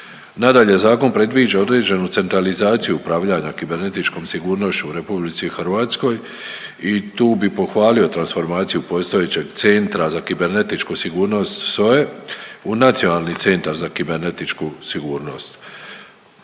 Nadalje, zakon predviđa određenu centralizaciju upravljanja kibernetičkom sigurnošću u RH i tu bi pohvalio transformaciju postojećeg Centra za kibernetičku sigurnost SOA-e u Nacionalni centar za kibernetičku sigurnost.